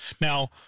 Now